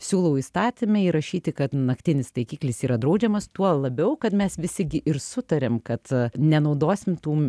siūlau įstatyme įrašyti kad naktinis taikiklis yra draudžiamas tuo labiau kad mes visi gi ir sutariam kad nenaudosim tų